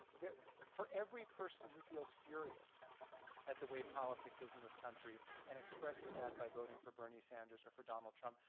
for every person who feels furious at the way politics is in this country and expresses that by voting for bernie sanders or for donald trump,